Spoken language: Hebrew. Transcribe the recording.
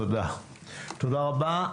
תודה רבה.